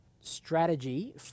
strategy